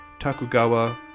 Takugawa